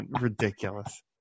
ridiculous